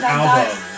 album